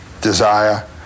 desire